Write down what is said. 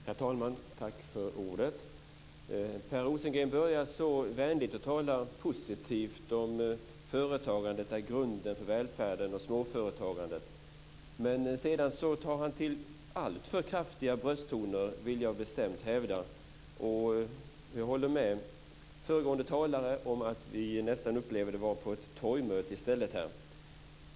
Herr talman! Per Rosengren börjar vänligt och talar positivt om att företagandet och småföretagandet är grunden för välfärden. Men sedan tar han till alltför kraftiga brösttoner, vill jag bestämt hävda. Jag håller med en föregående talare om att vi nästan upplevde oss vara på ett torgmöte i stället.